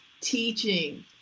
teaching